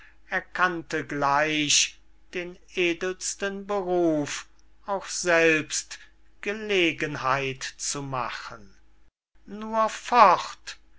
erkannte gleich den edelsten beruf auch selbst gelegenheit zu machen nur fort